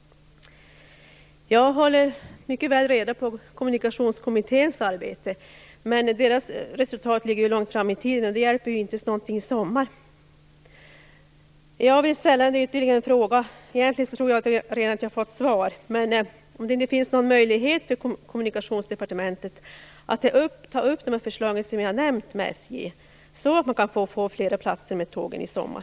Jag håller mycket väl reda på Kommunikationskommitténs arbete. Men dess resultat ligger långt fram i tiden, och det hjälper inte i sommar. Jag vill ställa ytterligare en fråga. Egentligen tror jag att jag redan har fått ett svar. Finns det någon möjlighet för Kommunikationsdepartementet att med SJ ta upp de förslag som jag har nämnt så att man kan få fler platser på tågen i sommar?